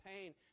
pain